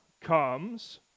comes